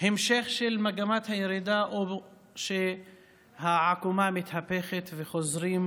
המשך של מגמת הירידה או שהעקומה מתהפכת וחוזרים